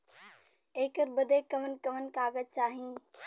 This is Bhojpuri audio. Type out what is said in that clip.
ऐकर बदे कवन कवन कागज चाही?